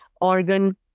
organ